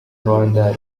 rwanda